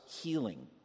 healing